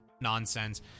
nonsense